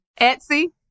Etsy